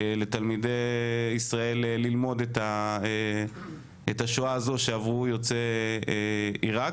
לתלמידי ישראל ללמוד את השואה הזו שעברו יוצאי עירק